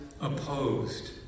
opposed